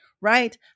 right